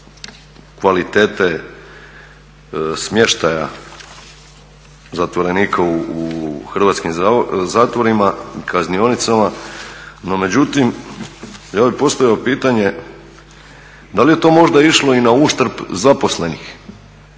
kvalitete smještaja zatvorenika u hrvatskim zatvorima i kaznionicama no međutim ja bi postavio pitanje da li je to možda išlo i na uštrb zaposlenih